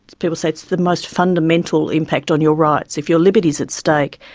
people say it's the most fundamental impact on your rights. if your liberty's at stake,